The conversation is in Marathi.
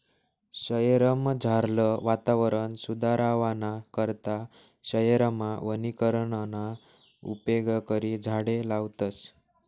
शयेरमझारलं वातावरण सुदरावाना करता शयेरमा वनीकरणना उपेग करी झाडें लावतस